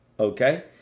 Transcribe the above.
Okay